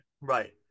Right